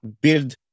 build